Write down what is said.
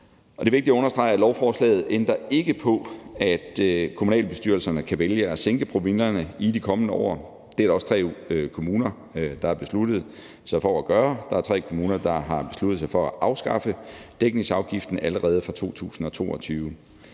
er vigtigt at understrege, at lovforslaget ikke ændrer på, at kommunalbestyrelserne kan vælge at sænke promillerne i de kommende år, og det er der også tre kommuner der har besluttet sig for at gøre; der er tre kommuner, der har besluttet sig for at afskaffe dækningsafgiften allerede fra 2022.